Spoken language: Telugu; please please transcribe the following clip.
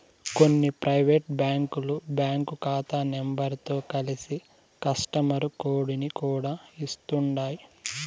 కొన్ని పైవేటు బ్యాంకులు బ్యాంకు కాతా నెంబరుతో కలిసి కస్టమరు కోడుని కూడా ఇస్తుండాయ్